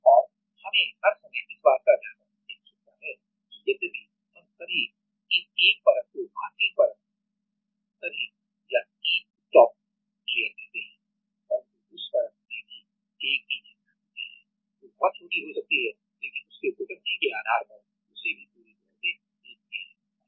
और हमें हर समय इस बात का ध्यान रखने की आवश्यकता है कि यद्यपि हम सभी इस एक परत को मास्किंग परत सभी या ईच स्टॉप लेयर कहते हैं परंतु उस परत में भी एक ईचिंग etching दर होती है जो बहुत छोटी हो सकती है लेकिन उसकी प्रकृति के आधार पर उसे भी पूरी तरह से ईच किया जा सकता है